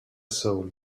soul